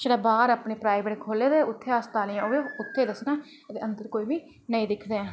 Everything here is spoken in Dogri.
छड़ा बाहर अपने खोह्ले् दे छड़ा ओह्बी अस्पतालें निं उत्थै दस्सना अंदर कोई बी नेईं